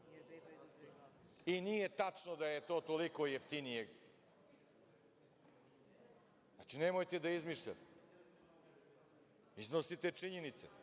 bebe. Nije tačno da je to toliko jeftinije. Nemojte da izmišljate. Iznosite činjenice,